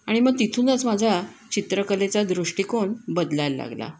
आणि मग तिथूनच माझा चित्रकलेचा दृष्टिकोन बदलायला लागला